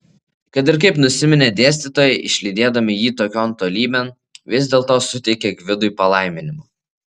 kad ir kaip nusiminė dėstytojai išlydėdami jį tokion tolybėn vis dėlto suteikė gvidui palaiminimą